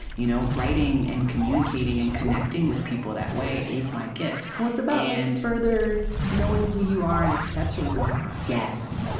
you know writing, and communicating and connecting with people that way, is my gift well, it's about and and further knowing who you are and accepting who you are yes.